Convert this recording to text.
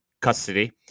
custody